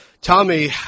Tommy